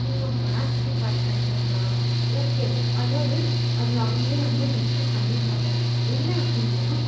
நீங்கள் மேக்ஸ் டிபார்ட்மெண்ட்டுங்களா ஓகே அதாவது அதில் அவங்களே வந்து மென்ஷன் பண்ணி இருந்தாங்க என்ன அப்படின்னா